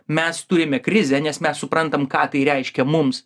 mes turime krizę nes mes suprantam ką tai reiškia mums